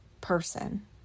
person